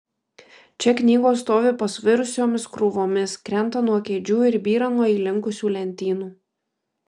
čia knygos stovi pasvirusiomis krūvomis krenta nuo kėdžių ir byra nuo įlinkusių lentynų